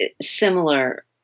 similar